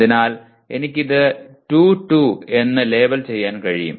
അതിനാൽ എനിക്ക് ഇത് 2 2 എന്ന് ലേബൽ ചെയ്യാൻ കഴിയും